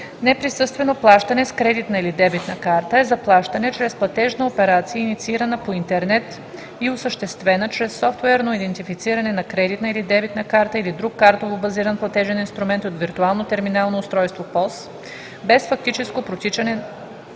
„Неприсъствено плащане с кредитна или дебитна карта“ е заплащане чрез платежна операция, инициирана по интернет и осъществена чрез софтуерно идентифициране на кредитна или дебитна карта или друг картово базиран платежен инструмент от виртуално терминално устройство ПОС (Virtual POS Terminal) без физическо прочитане на картата и без